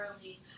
early